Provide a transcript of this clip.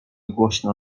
głośno